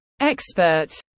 expert